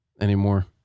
anymore